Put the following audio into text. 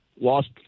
lost